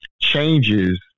changes